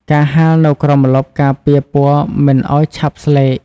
ការហាលនៅក្រោមម្លប់ការពារពណ៌មិនឱ្យឆាប់ស្លេក។